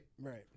Right